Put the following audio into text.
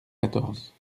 quatorze